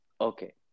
Okay